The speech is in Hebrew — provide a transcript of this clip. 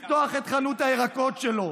שקם כל לילה לפתוח את חנות הירקות שלו,